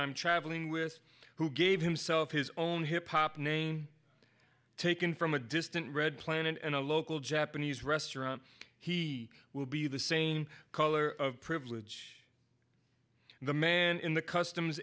i'm travelling with who gave himself his own hip hop name taken from a distant red planet and a local japanese restaurant he will be the same color privilege the man in the customs